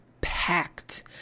packed